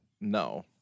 no